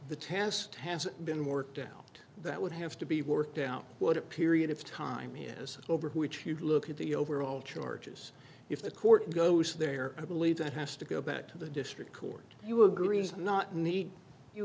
the test has been worked out that would have to be worked out what a period of time here is over which you look at the overall charges if the court goes there i believe that has to go back to the district court you agrees not need you